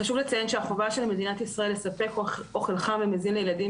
חשוב לציין שהחובה של מדינת ישראל לספק אוכל חם ומזין לילדים